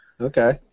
Okay